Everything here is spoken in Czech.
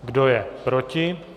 Kdo je proti?